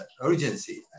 urgency